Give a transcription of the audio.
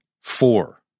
four